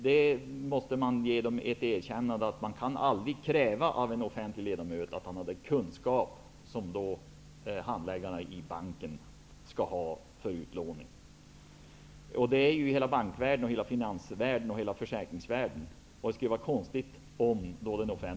Vi måste väl erkänna att man aldrig kan avkräva en offentlig företrädare de kunskaper som en handläggare i banken skall ha för utlåning. Det gäller bankvärlden, finansvärlden och försäkringsvärlden.